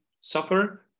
suffer